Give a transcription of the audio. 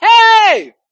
hey